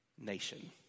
nation